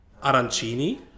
Arancini